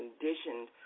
conditioned